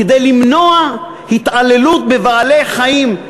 כדי למנוע התעללות בבעלי-חיים,